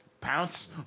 Pounce